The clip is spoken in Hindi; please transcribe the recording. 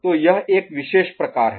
तो यह एक विशेष प्रकार है